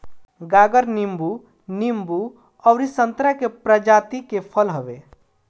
गागर नींबू, नींबू अउरी संतरा के प्रजाति के फल हवे